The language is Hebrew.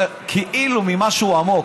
אני אומר לך מה קראתי.